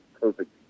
perfect